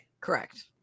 Correct